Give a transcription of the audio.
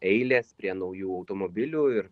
eilės prie naujų automobilių ir